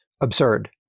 absurd